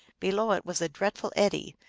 below it was a dreadful eddy,